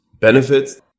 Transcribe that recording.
benefits